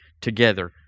together